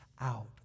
out